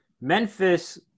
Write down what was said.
Memphis